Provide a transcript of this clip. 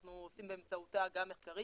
אנחנו עושים באמצעותה גם מחקרים,